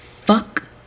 Fuck